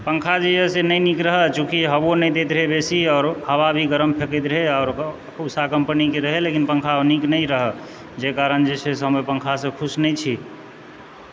पंखा जेए से नहि नीक रहै चूँकि हवो नहि दैत रहै बेसी आओर हवा भी गरम फेकैत रहै आओर ओ उषा कम्पनीके रहै लेकिन पंखा ओ नीक नहि रहै जाहि कारण जे छै से हम ओहि पंखासँ खुश नहि छी